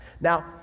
Now